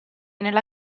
nella